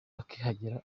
akihagera